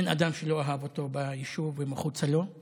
אדוני השר, אני יושב-ראש השדולה